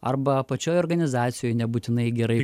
arba pačioj organizacijoj nebūtinai gerai